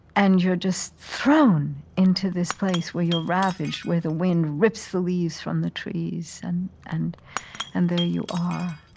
and you're just thrown into this place where you're ravaged, where the wind rips the leaves from the trees, and and and there you are